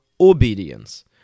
obedience